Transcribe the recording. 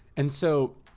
and so,